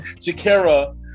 Shakira